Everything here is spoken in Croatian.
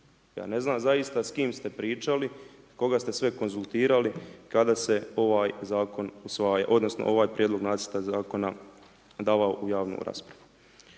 Ja ne znam zaista s kim ste pričali, koga ste sve konzultirali kada se ovaj zakon usvajao odnosno ovaj prijedlog nacrta zakona davao u javnu raspravu.